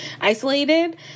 isolated